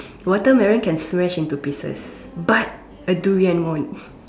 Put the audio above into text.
watermelon can smash into pieces but a durian won't